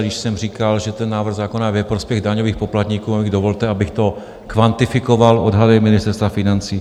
Když jsem říkal, že ten návrh zákona je ve prospěch daňových poplatníků, dovolte, abych to kvantifikoval odhady Ministerstva financí.